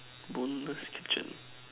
Boneless kitchen